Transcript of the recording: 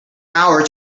hour